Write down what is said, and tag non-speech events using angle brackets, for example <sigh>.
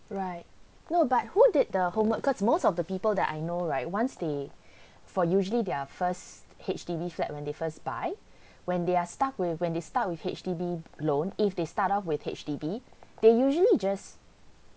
right no but who did the homework cause most of the people that I know right once they <breath> for usually their first H_D_B flat when they first buy <breath> when they're stuck with when they stuck with H_D_B loan if they start off with H_D_B they usually just